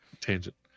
Tangent